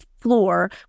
floor